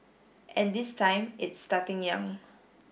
and this time it's starting young